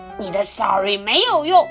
你的sorry没有用